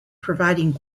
providing